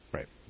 Right